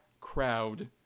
crowd